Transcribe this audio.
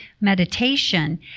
meditation